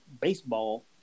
baseball